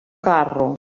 carro